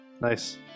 Nice